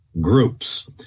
groups